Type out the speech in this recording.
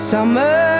Summer